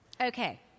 Okay